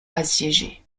assiégée